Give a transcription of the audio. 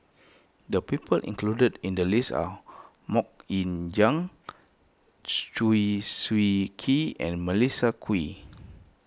the people included in the list are Mok Ying Jang Chew Swee Kee and Melissa Kwee